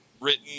written